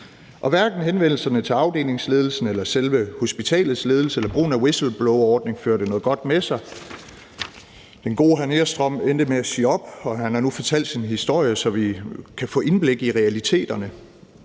Og hverken henvendelserne til afdelingsledelsen eller selve hospitalets ledelse eller brugen af whistleblowerordning førte noget godt med sig. Den gode hr. Nerstrøm endte med at sige op, og han har nu fortalt sin historie, så vi kan få indblik i realiteterne.